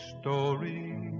story